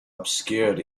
obscured